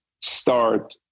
start